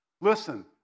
Listen